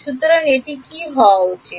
সুতরাং এটি কি হওয়া উচিত